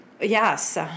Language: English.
Yes